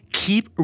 keep